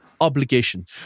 obligation